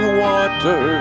water